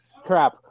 Crap